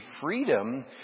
freedom